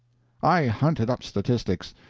i hunted up statistics,